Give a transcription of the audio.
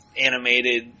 animated